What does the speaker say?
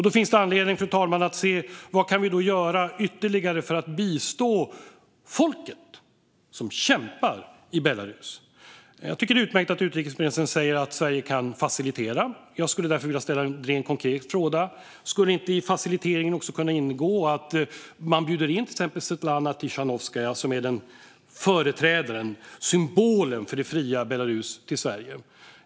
Då finns det anledning, fru talman, att se vad vi kan göra ytterligare för att bistå folket i Belarus som kämpar. Jag tycker att det är utmärkt att utrikesministern säger att Sverige kan facilitera. Jag skulle därför vilja ställa en konkret fråga: Skulle inte i facilitering också kunna ingå att man bjuder in till exempel Svetlana Tichanovskaja, som är företrädaren och symbolen för det fria Belarus, till Sverige?